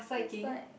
that's like